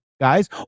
guys